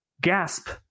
GASP